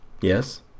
Yes